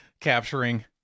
Capturing